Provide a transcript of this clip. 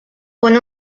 con